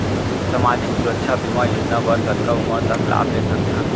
सामाजिक सुरक्षा बीमा योजना बर कतका उमर तक लाभ ले सकथन?